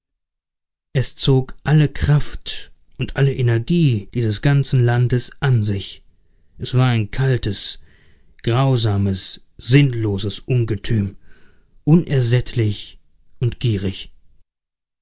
es zog alle kraft und alle energie dieses ganzen landes an sich es war ein kaltes grausames sinnloses ungetüm unersättlich und gierig